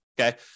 okay